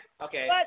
Okay